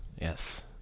yes